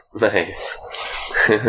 Nice